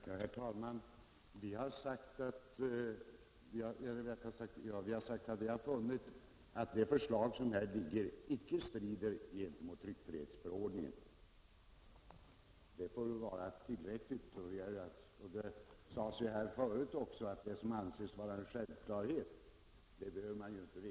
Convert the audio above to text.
Herr talman! Utskottsmajoriteten har sagt att vi har funnit att det förslag som här föreligger icke strider mot tryckfrihetsförordningen. Det får väl vara tillräckligt. Det påpekades ju här förut att det som anses vara en självklarhet behöver man inte motivera.